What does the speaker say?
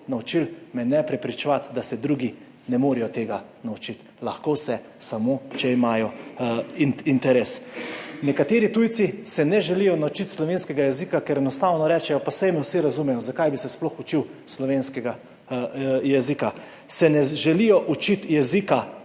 naučili, me ne prepričevati, da se drugi ne morejo tega naučiti. Lahko se samo, če imajo interes. Nekateri tujci se ne želijo naučiti slovenskega jezika, ker enostavno rečejo, pa saj me vsi razumejo, zakaj bi se sploh učil slovenskega jezika. Se ne želijo učiti jezika